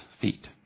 feet